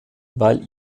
weil